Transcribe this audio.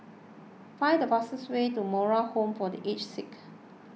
find the fastest way to Moral Home for the Aged Sick